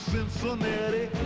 Cincinnati